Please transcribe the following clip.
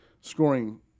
scoring